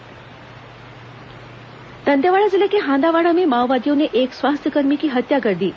माओवादी वारदात दंतेवाड़ा जिले के हांदावाड़ा में माओवादियों ने एक स्वास्थ्यकर्मी की हत्या कर दी है